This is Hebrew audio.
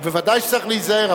בוודאי שצריך להיזהר,